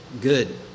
good